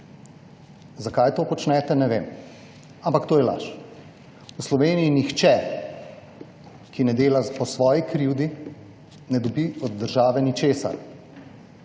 Zakaj to počnete, ne vem, ampak to je laž. V Sloveniji nihče, ki ne dela po svoji krivdi, ne dobi od države ničesar.